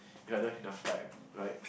if I don't have enough time right